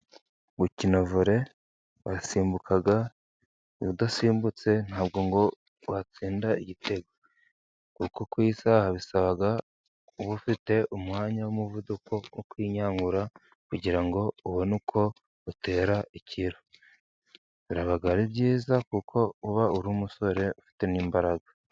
Gukina vore urasimbuka udasimbutse ntabwo ngo watsinda igitego, kuko ku isaha bisaba ko uba ufite umwanya n'umuvuduko wo kwinyagura kugira ngo ubone uko utera ikiro, biba ari byiza kuko uba uri umusore ufite n'imbaraga.